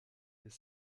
des